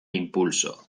impulso